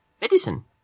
Medicine